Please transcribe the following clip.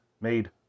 made